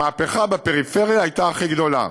המהפכה בפריפריה הייתה הכי גדולה.